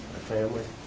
family.